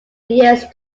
years